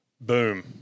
Boom